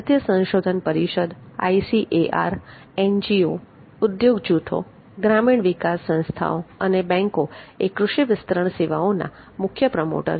ભારતીય સંશોધન પરિષદ ICAR NGA ઉધોગ જૂથો ગ્રામીણ વિકાસ સંસ્થાઓ અને બેન્કો એ કૃષિ વિસ્તરણ સેવાઓના મુખ્ય પ્રમોટર્સ છે